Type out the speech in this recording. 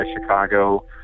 Chicago